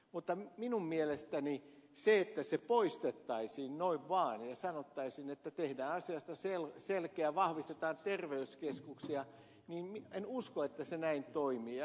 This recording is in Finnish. mutta minun mielestäni se että se poistettaisiin noin vaan ja sanottaisiin että tehdään asiasta selkeä vahvistetaan terveyskeskuksia niin en usko että se näin toimii